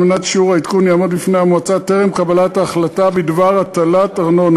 כדי ששיעור העדכון יעמוד לפני המועצה טרם קבלת ההחלטה בדבר הטלת ארנונה,